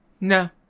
No